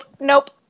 nope